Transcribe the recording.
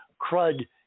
crud